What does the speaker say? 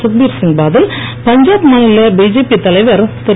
சுக்பீர் சிங் பாதல் பஞ்சாப் மாநில பிஜேபி தலைவர் திரு